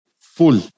full